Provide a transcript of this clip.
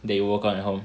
then you work on at home